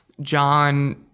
John